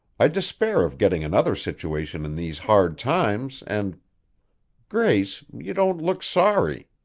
i despair of getting another situation in these hard times and grace, you don't look sorry.